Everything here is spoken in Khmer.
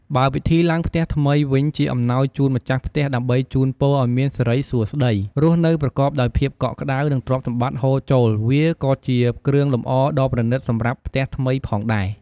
បើពិធីឡើងផ្ទះថ្មីវិញជាអំណោយជូនម្ចាស់ផ្ទះដើម្បីជូនពរឱ្យមានសិរីសួស្តី រស់នៅប្រកបដោយភាពកក់ក្តៅ និងទ្រព្យសម្បត្តិហូរចូល វាក៏ជាគ្រឿងលម្អដ៏ប្រណិតសម្រាប់ផ្ទះថ្មីផងដែរ។